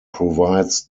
provides